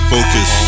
Focus